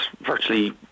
virtually